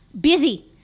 busy